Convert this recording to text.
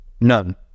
None